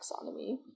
taxonomy